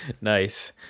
Nice